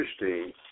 interesting